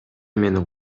менен